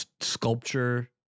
sculpture